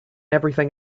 everything